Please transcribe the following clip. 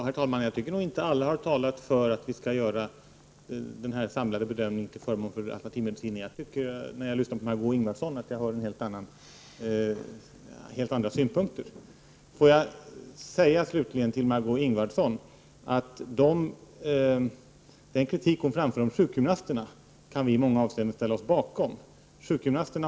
Herr talman! Jag tycker inte att alla har talat för att vi skall göra den samlade bedömningen till förmån för alternativmedicinen — jag tycker att jag hör helt andra synpunkter när jag lyssnar på Margö Ingvardsson. Låt mig slutligen till Margö Ingvardsson säga att vi i folkpartiet i många avseenden kan ställa oss bakom den kritik hon framför när det gäller sjukgymnasterna.